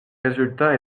résultats